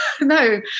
no